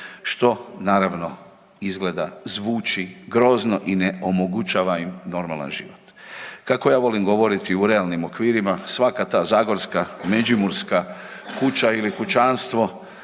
što naravno, izgleda, zvuči grozno i ne omogućava im normalan život. Kako ja volim govoriti u realnim okvirima, svaka ta zagorska, međimurska kuća ili kućanstvo